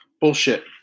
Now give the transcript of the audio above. Bullshit